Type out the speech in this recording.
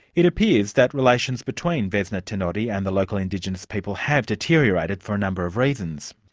it appears that relations between vesna tenodi and the local indigenous people have deteriorated for a number of reasons.